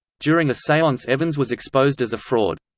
during a seance evans was exposed as a fraud.